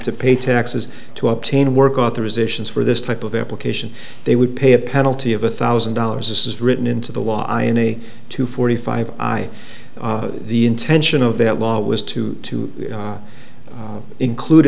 to pay taxes to obtain work authorizations for this type of application they would pay a penalty of a thousand dollars this is written into the law i n e two forty five i the intention of that law was to to include